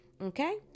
okay